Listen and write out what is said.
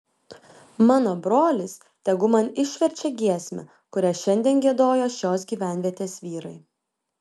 mano brolis tegu man išverčia giesmę kurią šiandien giedojo šios gyvenvietės vyrai